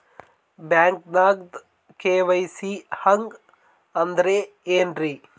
ಬ್ಯಾಂಕ್ದಾಗ ಕೆ.ವೈ.ಸಿ ಹಂಗ್ ಅಂದ್ರೆ ಏನ್ರೀ?